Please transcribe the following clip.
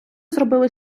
зробили